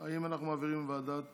אם אנחנו מעבירים לוועדת